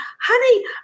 honey